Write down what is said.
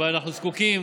שבהם אנחנו זקוקים